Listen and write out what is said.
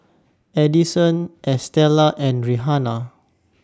Adison Estela and Rihanna